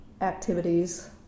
activities